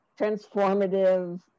transformative